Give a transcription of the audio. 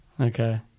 Okay